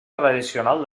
tradicional